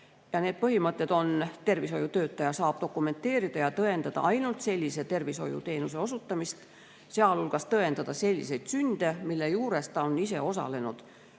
Need põhimõtted on järgmised: tervishoiutöötaja saab dokumenteerida ja tõendada ainult sellise tervishoiuteenuse osutamist, sealhulgas tõendada selliseid sünde, mille juures ta on ise osalenud.